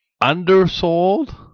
undersold